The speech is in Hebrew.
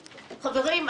חברים,